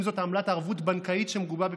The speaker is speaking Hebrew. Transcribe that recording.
אם זו עמלת ערבות בנקאית שמגובה בפיקדון.